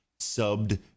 subbed